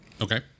Okay